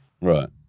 Right